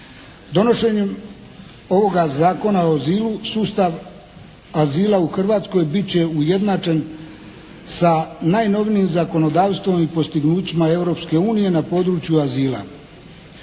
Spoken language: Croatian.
Donošenjem ovoga Zakona o azilu sustav azila u Hrvatskoj bit će ujednačen sa najnovijim zakonodavstvom i postignućima Europske unije na području azila.